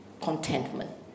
contentment